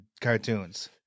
cartoons